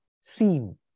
seen